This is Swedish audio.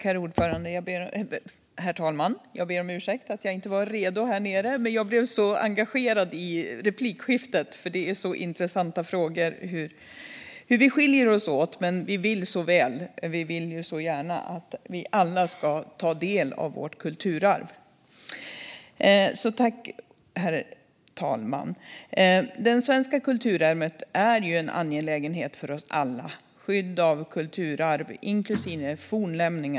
Herr talman! Jag blev engagerad i replikskiftet, för det är intressanta frågor. Vi skiljer oss åt, men vi vill väl. Vi vill så gärna att vi alla ska ta del av vårt kulturarv. Jag tänker svepa över metallsökare, digitalisering och Forum för levande historia under dessa få minuter.